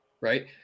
right